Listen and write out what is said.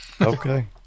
okay